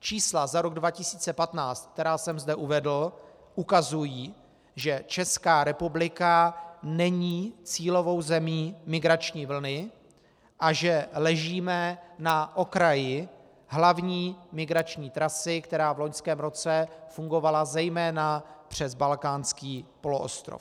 Čísla za rok 2015, která jsem zde uvedl, ukazují, že Česká republika není cílovou zemí migrační vlny a že ležíme na okraji hlavní migrační trasy, která v loňském roce fungovala zejména přes Balkánský poloostrov.